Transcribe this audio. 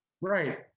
Right